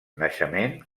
naixement